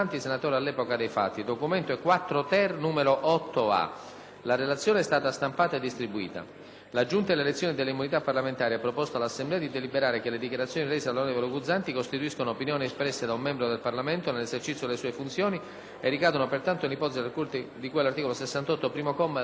parlamentari è stata stampata e distribuita. La Giunta delle elezioni e delle immunità parlamentari ha proposto all'Assemblea di deliberare che le dichiarazioni rese dal signor Iannuzzi non costituiscono opinioni espresse da un membro del Parlamento nell'esercizio delle sue funzioni e non ricadono, pertanto, nell'ipotesi di cui all'articolo 68, primo comma, della Costituzione. Chiedo alla relatrice, senatrice Adamo, se intende intervenire.